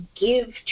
give